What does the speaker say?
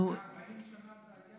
לפני 40 שנה זה היה.